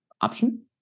option